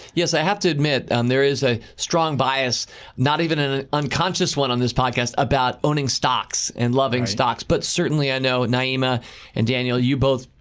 i have to admit. and there is a strong bias not even an unconscious one on this podcast about owning stocks and loving stocks, but certainly i know, naima and daniel, you both,